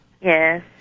Yes